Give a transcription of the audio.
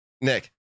Nick